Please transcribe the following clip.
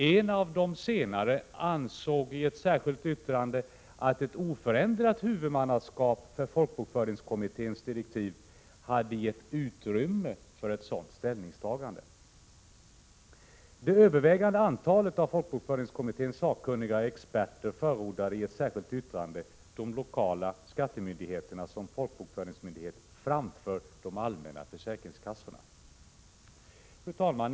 En av de senare ansåg i ett särskilt yttrande att oförändrade direktiv för folkbokföringskommittén hade gett utrymme för ett sådant ställningstagande. Det övervägande antalet av folkbokföringskommitténs sakkunniga experter förordade i ett särskilt yttrande de lokala skattemyndigheterna som folkbokföringsmyndighet framför de allmänna försäkringskassorna. Fru talman!